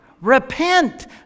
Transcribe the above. repent